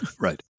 Right